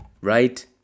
right